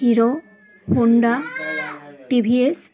Hero Honda TVS